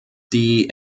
die